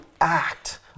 act